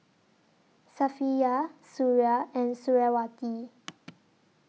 Safiya Suria and Suriawati